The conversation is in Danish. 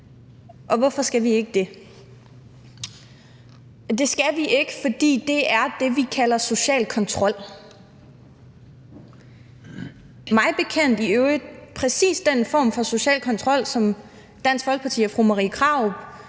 Og hvorfor skal vi ikke det? Det skal vi ikke, fordi det er det, vi kalder social kontrol, mig bekendt i øvrigt præcis den form for social kontrol, som for Dansk Folkeparti og fru Marie Krarup